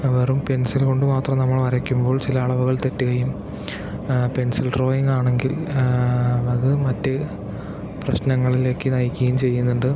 വെറും പെൻസിൽ കൊണ്ട് മാത്രം നമ്മൾ വരയ്ക്കുമ്പോൾ ചില അളവുകൾ തെറ്റുകയും പെൻസിൽ ഡ്രോയിങ് ആണെങ്കിൽ അത് മറ്റ് പ്രശ്നങ്ങളിലേക്ക് നയിക്കുകയും ചെയ്യുന്നുണ്ട്